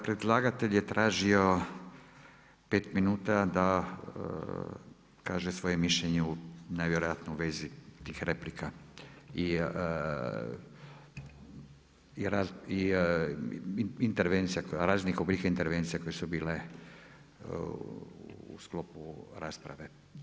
Predlagatelj je tražio 5 minuta da kaže svoje mišljenje najvjerojatnije u vezi tih replika, intervencija raznih oblika intervencije koje su bile u sklopu rasprave.